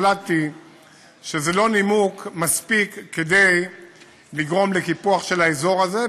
החלטתי שזה לא נימוק מספיק לגרום לקיפוח של האזור הזה,